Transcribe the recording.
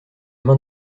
main